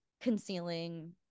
concealing